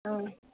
ओ